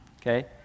okay